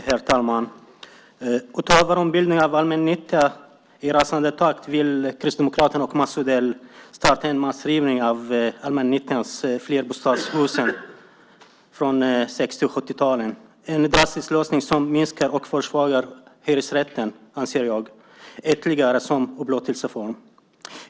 Herr talman! Utöver ombildning av allmännyttan i rasande takt vill Kristdemokraterna och Mats Odell starta en massrivning av allmännyttans flerbostadshus från 60 och 70-talen. Det är en drastisk lösning som jag anser ytterligare minskar och försvagar hyresrätten som upplåtelseform.